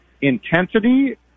intensity